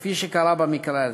כפי שקרה במקרה הזה.